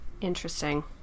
Interesting